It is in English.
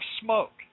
smoke